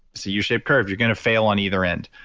it's a u shaped curve, you're going to fail on either end.